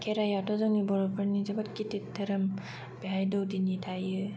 खेरायआथ' जोंनि बर'फोरनि जोबोद गिदिर धोरोम बेहाय दौवदिनि थायो